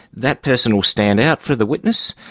that person will stand out for the witness,